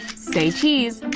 say cheese!